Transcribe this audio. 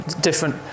different